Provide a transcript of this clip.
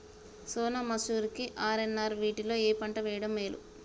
సోనా మాషురి కి ఆర్.ఎన్.ఆర్ వీటిలో ఏ పంట వెయ్యడం మేలు?